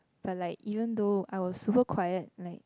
but like even though I was super quite like